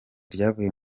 ryavuye